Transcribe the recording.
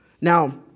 Now